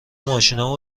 ماشینا